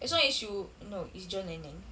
as long as you no it's john lennon